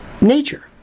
nature